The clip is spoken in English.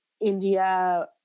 India